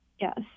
Yes